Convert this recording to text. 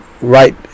right